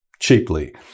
cheaply